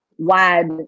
wide